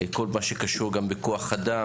כל מה שקשור גם בכוח אדם,